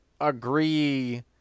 agree